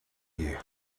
you